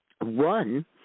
One